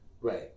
Right